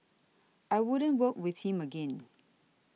I wouldn't work with him again